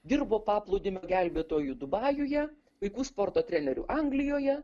dirbo paplūdimio gelbėtoju dubajuje vaikų sporto treneriu anglijoje